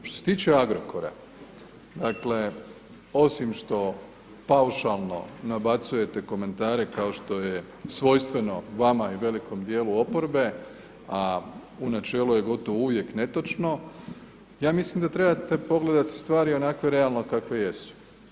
Što se tiče Agrokora, dakle, osim što paušalno nabacujete komentare kao što je svojstveno vama i velikom dijelu oporbe, a u načelu je gotovo uvijek netočno, ja mislim da trebate pogledati stvari onakve realno kakve jesu.